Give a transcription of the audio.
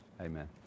Amen